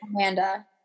amanda